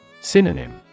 Synonym